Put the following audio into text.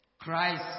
Christ